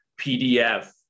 PDF